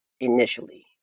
initially